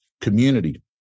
community